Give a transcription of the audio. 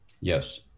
Yes